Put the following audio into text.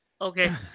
Okay